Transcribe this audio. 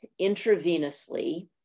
intravenously